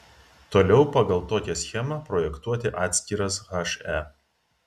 toliau pagal tokią schemą projektuoti atskiras he